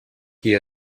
qui